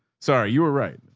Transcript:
sorry. you were right.